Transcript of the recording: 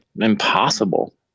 impossible